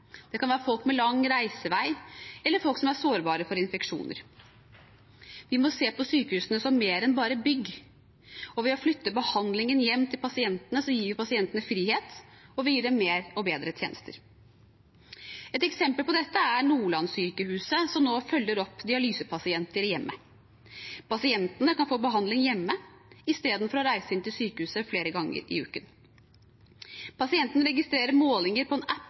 Det kan være folk med lang reisevei, eller folk som er sårbare for infeksjoner. Vi må se på sykehusene som mer enn bare bygg. Ved å flytte behandlingen hjem til pasientene gir vi pasientene frihet, og vi gir dem mer og bedre tjenester. Et eksempel på dette er Nordlandssykehuset, som nå følger opp dialysepasienter hjemme. Pasientene kan få behandling hjemme istedenfor å reise inn til sykehuset flere ganger i uken. Pasienten registrerer målinger på en app